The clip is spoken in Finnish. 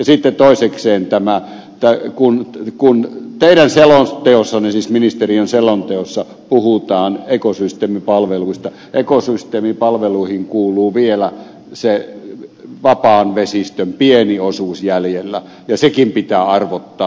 sitten toisekseen kun teidän selonteossanne siis ministeriön selonteossa puhutaan ekosysteemipalveluista ekosysteemipalveluihin kuuluu vielä se että se vapaan vesistön pieni osuus on jäljellä ja sekin pitää arvottaa arvoon arvaamattomaan